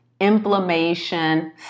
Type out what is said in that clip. inflammation